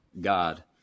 God